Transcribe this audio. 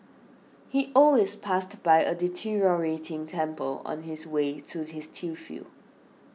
he always passed by a deteriorating temple on his way to his tea field